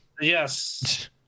Yes